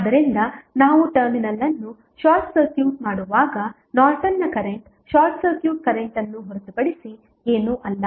ಆದ್ದರಿಂದ ನಾವು ಟರ್ಮಿನಲ್ ಅನ್ನು ಶಾರ್ಟ್ ಸರ್ಕ್ಯೂಟ್ ಮಾಡುವಾಗ ನಾರ್ಟನ್ನ ಕರೆಂಟ್ ಶಾರ್ಟ್ ಸರ್ಕ್ಯೂಟ್ ಕರೆಂಟ್ ಅನ್ನು ಹೊರತುಪಡಿಸಿ ಏನೂ ಅಲ್ಲ